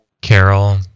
Carol